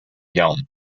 yong